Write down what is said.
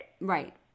Right